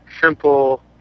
simple